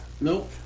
Nope